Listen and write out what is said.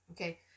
Okay